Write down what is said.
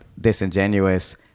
disingenuous